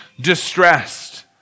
distressed